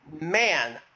man